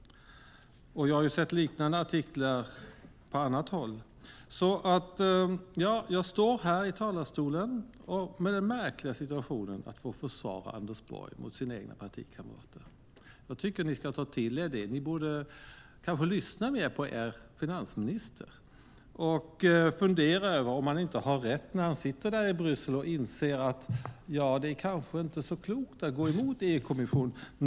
Jag har sett liknande artiklar på annat håll. Jag står här i talarstolen med den märkliga situationen att få försvara Anders Borg mot sina egna partikamrater. Jag tycker att ni ska ta till er det. Ni borde kanske lyssna mer på er finansminister och fundera över om han inte har rätt när han sitter i Bryssel och inser att det kanske inte är så klokt att gå emot EU-kommissionen.